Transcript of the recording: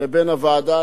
לבין הוועדה.